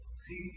See